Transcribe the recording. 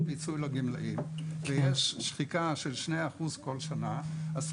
פיצוי לגמלאים וישנה שחיקה של 2% בכל שנה מאז,